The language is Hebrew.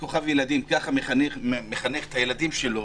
ככה הוא מחנך את הילדים שלו